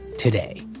Today